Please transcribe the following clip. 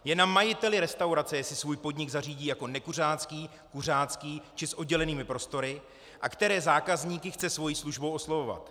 Je na majiteli restaurace, jestli svůj podnik zařídí jako nekuřácký, kuřácký či s oddělenými prostory a které zákazníky chce svojí službou oslovovat.